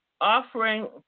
offering